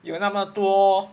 有那么多